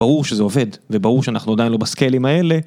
ברור שזה עובד, וברור שאנחנו עדיין לא בסקיילים האלה.